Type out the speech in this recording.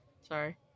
sorry